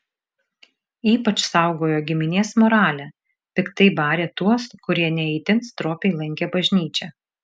ypač saugojo giminės moralę piktai barė tuos kurie ne itin stropiai lankė bažnyčią